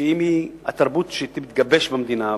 שהתרבות שתתגבש במדינה,